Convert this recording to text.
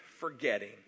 forgetting